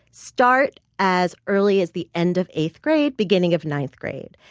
start as early as the end of eighth grade, beginning of ninth grade.